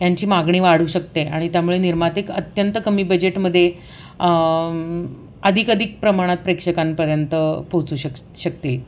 यांची मागणी वाढू शकते आणि त्यामुळे निर्मातिक अत्यंत कमी बजेटमध्ये अधिक अधिक प्रमाणात प्रेक्षकांपर्यंत पोचू शक शकतील